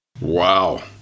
Wow